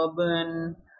urban